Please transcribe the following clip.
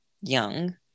young